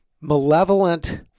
malevolent